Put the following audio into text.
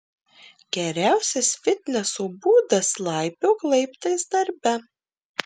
geriausias fitneso būdas laipiok laiptais darbe